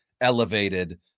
elevated